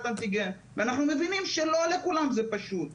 אנטיגן ואנחנו מבינים שלא לכולם זה פשוט.